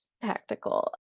tactical